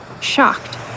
shocked